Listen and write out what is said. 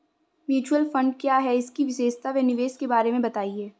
Mutual fund क्या है इसकी विशेषता व निवेश के बारे में बताइये?